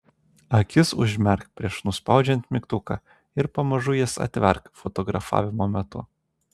akis užmerk prieš nuspaudžiant mygtuką ir pamažu jas atverk fotografavimo metu